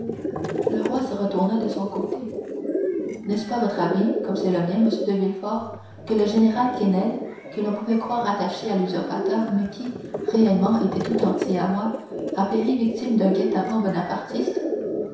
le roi se retourna de son côté n'est-ce pas votre avis comme c'est le mien monsieur de villefort que le général quesnel que l'on pouvait croire attaché à l'usurpateur mais qui réellement était tout entier à moi a péri victime d'un guet-apens bonapartiste